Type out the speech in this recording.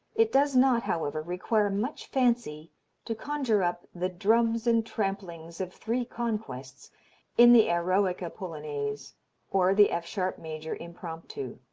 it does not, however, require much fancy to conjure up the drums and tramplings of three conquests in the eroica polonaise or the f sharp major impromptu.